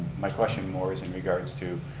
my question more is in regards to